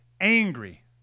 angry